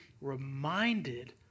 reminded